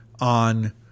on